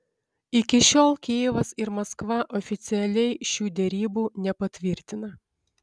iki šiol kijevas ir maskva oficialiai šių derybų nepatvirtina